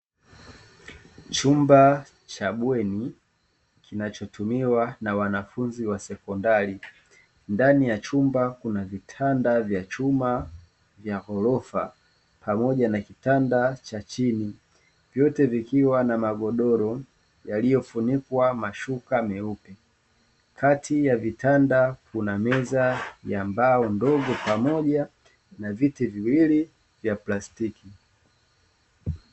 Chumba cha bweni, kinachotumiwa na wanafunzi wa sekondari ndani ya chumba kuna vitanda vya chuma vya ghorofa pamoja na kitanda cha chini vyote vikiwa na magodoro yaliyofunikwa mashuka meupe. Kati ya vitanda kuna meza ya mbao ndogo pamoja na viti viwili vya plastiki.